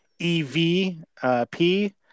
EVP